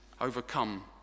overcome